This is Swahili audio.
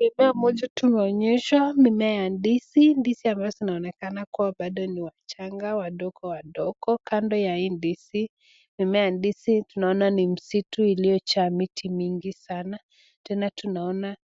Mimea moja tumeonyeshwa, mimea ya ndizi, ndizi ambazo zinaonekana kuwa bado ni wachanga, wadogo wadogo, kando ya hii ndizi, mimea ya ndizi tunaona ni msitu iliyojaa miti mingi sana, tena tunaona